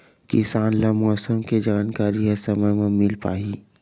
किसान ल मौसम के जानकारी ह समय म मिल पाही?